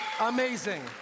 amazing